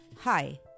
Hi